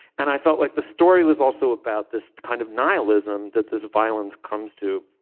and i felt like the story was also about this kind of nihilism that this violence comes to.